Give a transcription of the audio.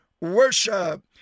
worship